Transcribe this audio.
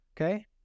Okay